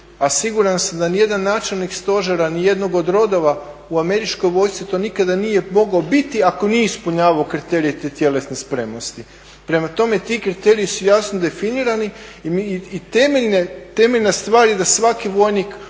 siguran sam da nijedan načelnik stožera nijednog od rodova u američkoj vojsci to nije nikada mogao biti ako nije ispunjavao kriterije te tjelesne spremnosti. Prema tome, ti kriteriji su jasno definirani i temeljna stvar je da svaki vojnik